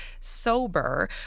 sober